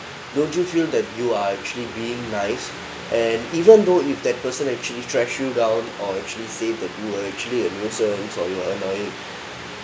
don't you feel that you are actually being nice and even though if that person actually trash you down or actually save the blue uh actually